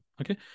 Okay